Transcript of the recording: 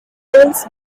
rolls